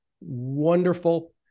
Wonderful